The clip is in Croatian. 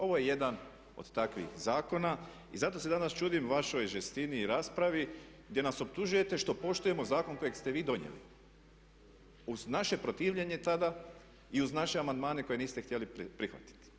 Ovo je jedan od takvih zakona i zato se danas čudim vašoj žestini i raspravi, gdje nas optužujete što poštujemo zakon kojeg ste vi donijeli uz naše protivljenje tada i uz naše amandmane koje niste htjeli prihvatiti.